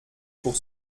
pour